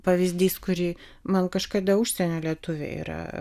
pavyzdys kurį man kažkada užsienio lietuviai yra